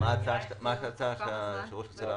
ההצעה שהיושב-ראש מציע לנו?